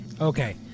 Okay